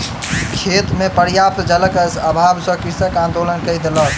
खेत मे पर्याप्त जलक अभाव सॅ कृषक आंदोलन कय देलक